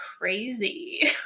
crazy